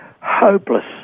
hopeless